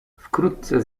wkrótce